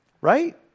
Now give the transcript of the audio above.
Right